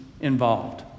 involved